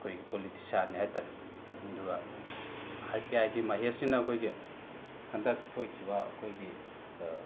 ꯑꯩꯈꯣꯏꯒꯤ ꯄꯣꯂꯤꯇꯤꯁꯤꯌꯥꯟꯅꯤ ꯍꯥꯏꯇꯥꯔꯦ ꯑꯗꯨꯒ ꯑꯥꯔ ꯄꯤ ꯑꯥꯏꯒꯤ ꯃꯍꯦꯁꯁꯤꯅ ꯑꯩꯈꯣꯏꯒꯤ ꯍꯟꯗꯛ ꯊꯣꯛꯈꯤꯕ ꯑꯩꯈꯣꯏꯒꯤ